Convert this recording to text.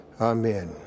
Amen